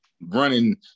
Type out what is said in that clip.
running